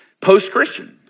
post-Christian